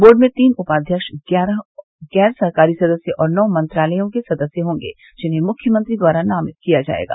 board में तीन उपाध्यक्ष ग्यारह गैर सरकारी सदस्य और नौ मंत्रालयों के सदस्य होंगे जिन्हें मुख्यमंत्री द्वारा नामित किया जायेगा